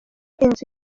inzu